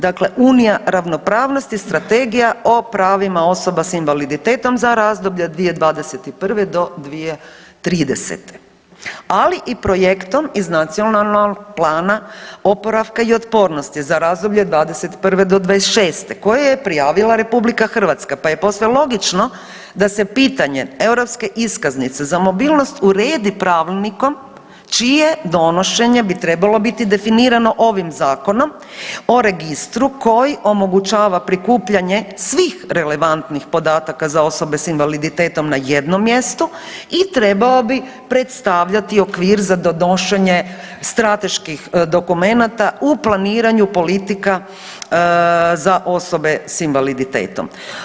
Dakle, Unija ravnopravnosti, Strategija o pravima osoba sa invaliditetom za razdoblje od 2021. do 2030. ali i projektom i Nacionalnog plana oporavka i otpornosti za razdoblje 2021. do 2026. koje je prijavila Republika Hrvatska, pa je posve logično da se pitanje europske iskaznice za mobilnost uredi pravilnikom čije donošenje bi trebalo biti definirano ovim Zakonom o registru koji omogućava prikupljanje svih relevantnih podataka za osobe sa invaliditetom na jednom mjestu i trebalo bi predstavljati okvir za donošenje strateških dokumenata u planiranju politika za osobe sa invaliditetom.